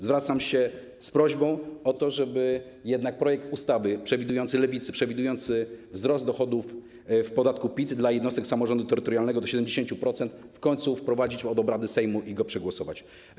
Zwracam się z prośbą o to, żeby jednak projekt ustawy Lewicy przewidujący wzrost dochodów w podatku PIT dla jednostek samorządu terytorialnego do 70% w końcu wprowadzić pod obrady Sejmu i go przegłosować.